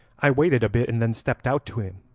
i waited a bit, and then stepped out to him,